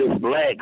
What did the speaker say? black